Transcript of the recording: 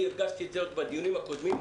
הרגשתי את זה עוד בדיונים הקודמים,